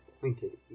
pointed